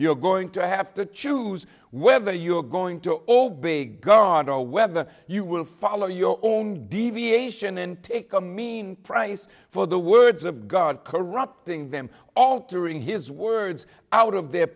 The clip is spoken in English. you're going to have to choose whether you're going to go all big guard or whether you will follow your own deviation and take a mean price for the words of god corrupting them altering his words out of their